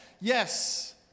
Yes